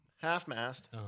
half-mast